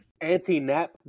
Anti-Nap